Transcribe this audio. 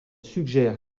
suggère